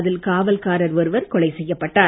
அதில் காவல்காரர் ஒருவர் கொலை செய்யப்பட்டார்